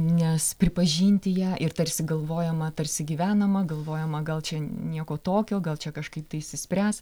nes pripažinti ją ir tarsi galvojama tarsi gyvenama galvojama gal čia nieko tokio gal čia kažkaip tai išsispręs